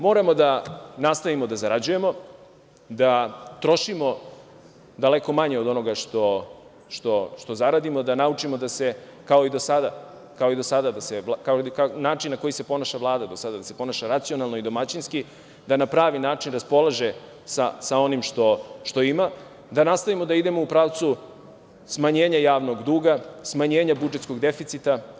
Moramo da nastavimo da zarađujemo, da trošimo daleko manje od onoga što zaradimo, da naučimo da se, kao i do sada, način na koji se ponaša Vlada, da se ponaša racionalno i domaćinski, da na pravi način raspolaže sa onim što ima, da nastavimo da idemo u pravcu smanjenja javnog duga, smanjenja budžetskog deficita.